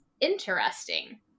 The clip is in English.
interesting